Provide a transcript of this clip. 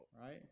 Right